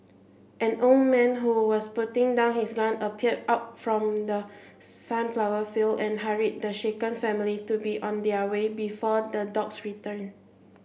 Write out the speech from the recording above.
an old man who was putting down his gun appeared out from the sunflower fields and hurried the shaken family to be on their way before the dogs return